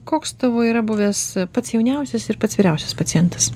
koks tavo yra buvęs pats jauniausias ir pats vyriausias pacientas